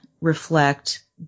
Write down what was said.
reflect